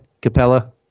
Capella